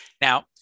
Now